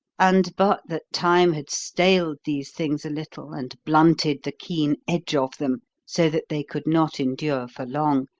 and but that time had staled these things a little and blunted the keen edge of them so that they could not endure for long,